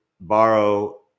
borrow